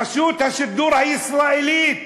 רשות השידור הישראלית,